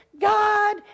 God